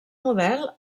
model